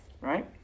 Right